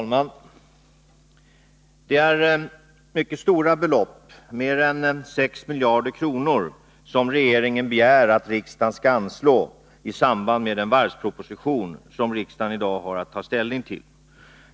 Herr talman! Det är mycket stora belopp — mer än 6 miljarder kronor —- som regeringen begär att riksdagen skall anslå i samband med den varvsproposition som riksdagen i dag har att ta ställning till.